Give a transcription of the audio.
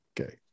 Okay